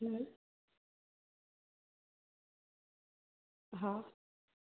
હમ હા